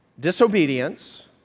disobedience